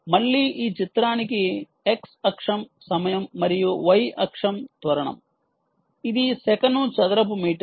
మళ్ళీ ఈ చిత్రానికి x అక్షం సమయం మరియు y అక్షం త్వరణం ఇది సెకను చదరపు మీటరు